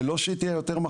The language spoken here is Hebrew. זה לא שהיא מכבידה,